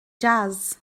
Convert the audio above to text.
jazz